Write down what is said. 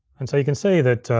and so you can see that